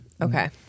Okay